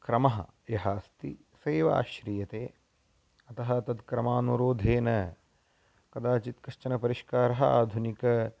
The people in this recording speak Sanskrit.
क्रमः यः अस्ति स एव आश्रीयते अतः तत् क्रमानुरोधेन कदाचित् कश्चन परिष्कारः आधुनिकः